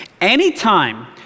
Anytime